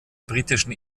britischen